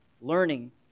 learning